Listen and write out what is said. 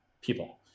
people